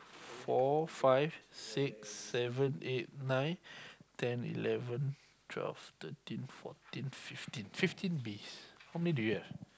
four five six seven eight nine ten eleven twelve thirteen fourteen fifteen fifteen beast how many do you have